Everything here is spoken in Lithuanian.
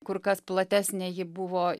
kur kas platesnė ji buvo